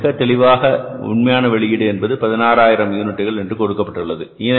நமக்கு மிகவும் தெளிவாக உண்மையான வெளியீடு என்பது 16000 யூனிட்டுகள் என்று கொடுக்கப்பட்டுள்ளது